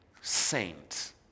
saint